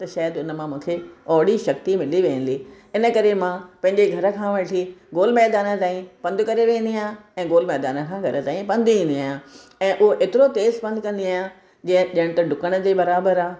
त शायदि उनमां मूंखे ओहिड़ी शक्ति मिली वेंदी इन करे मां पंहिंजे घर खां वठी गोल मैदान ताईं पंधु करे वेंदी आहियां ऐं गोल मैदान खां घर ताईं पंधु ईंदी आहियां ऐं उहो एतिरो तेज पंधु कंदी आहियां जीअं डुकण जे बराबरि आहे